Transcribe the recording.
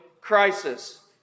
crisis